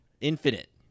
Infinite